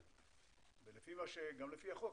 גם לפי החוק,